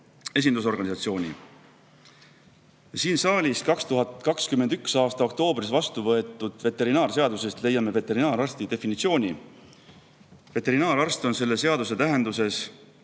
esindusorganisatsiooni. Siin saalis 2021. aasta oktoobris vastu võetud veterinaarseadusest leiame veterinaararsti definitsiooni. Veterinaararst on selle seaduse tähenduses